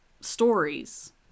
stories